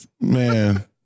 Man